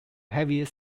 heavier